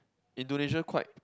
Indonesia quite